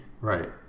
Right